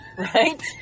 Right